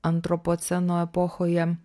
antropoceno epochoje